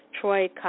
Troy